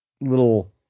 little